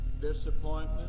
disappointment